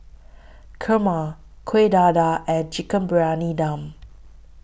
Kurma Kuih Dadar and Chicken Briyani Dum